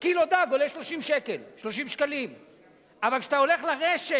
קילו דג עולה 30 שקלים, אבל כשאתה הולך לרשת,